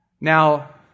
Now